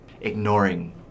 ignoring